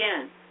again